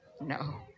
No